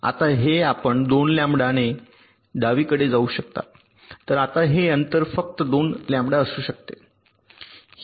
आता हे आपण 2लॅम्बडा ने डावीकडे जाऊ शकता तर आता हे अंतर फक्त 2 लॅम्बडा असू शकते